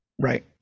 Right